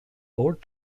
old